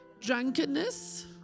drunkenness